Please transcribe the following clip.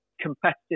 competitive